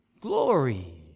glory